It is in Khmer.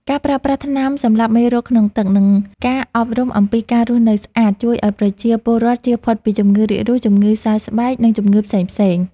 ការប្រើប្រាស់ថ្នាំសម្លាប់មេរោគក្នុងទឹក និងការអប់រំអំពីការរស់នៅស្អាត ជួយឱ្យប្រជាពលរដ្ឋជៀសផុតពីជំងឺរាករូស ជំងឺសើស្បែក និងជំងឺផ្សេងៗ។